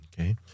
Okay